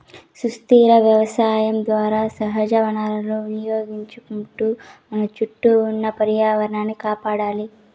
సుస్థిర వ్యవసాయం ద్వారా సహజ వనరులను వినియోగించుకుంటూ మన చుట్టూ ఉన్న పర్యావరణాన్ని కాపాడాలి